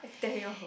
tell you